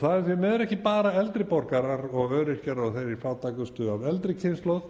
Það eru því miður ekki bara eldri borgarar og öryrkjar og þeir fátækustu af eldri kynslóð,